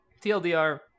TLDR